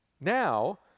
Now